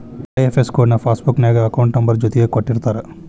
IFS code ನ passbook ನ್ಯಾಗ account number ಜೊತಿಗೆ ಕೊಟ್ಟಿರ್ತಾರ